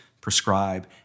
prescribe